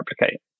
replicate